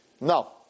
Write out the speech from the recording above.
No